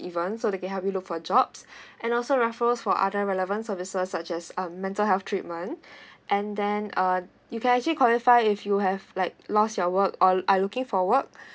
even so they can help you look for jobs and also refferals for other relevant services such as um mental health treatment and then uh you can actually qualify if you have like loss your work or are looking for work